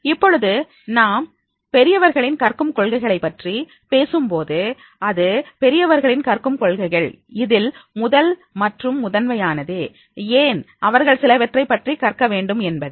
இப்பொழுது நாம் பெரியவர்களின் கற்கும் கொள்கைகளைப் பற்றி பேசும்போது அது பெரியவர்களின் கற்கும் கொள்கைகள் இதில் முதல் மற்றும் முதன்மையானது ஏன் அவர்கள் சிலவற்றை பற்றி கற்க வேண்டும் என்பது